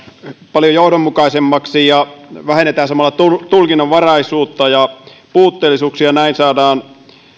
paljon johdonmukaisemmaksi ja vähennetään samalla tulkinnanvaraisuutta ja puutteellisuuksia näin saadaan